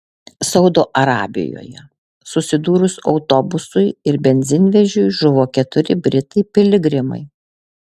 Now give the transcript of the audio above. saudo arabijoje susidūrus autobusui ir benzinvežiui žuvo keturi britai piligrimai